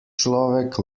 človek